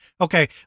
Okay